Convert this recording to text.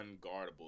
unguardable